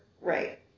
Right